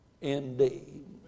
indeed